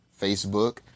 Facebook